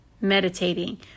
meditating